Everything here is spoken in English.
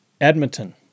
Edmonton